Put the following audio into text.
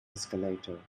escalator